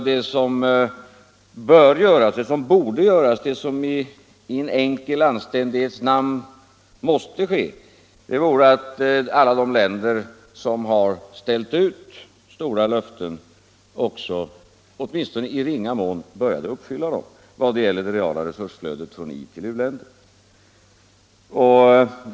Det som borde göras och det som i en enkel anständighets namn måste ske är att alla de länder som har ställt ut stora löften också, åtminstone i ringa mån, börjar uppfylla dem när det gäller det reala resursstödet från itill u-länder.